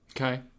Okay